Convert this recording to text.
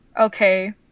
Okay